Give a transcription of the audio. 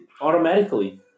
automatically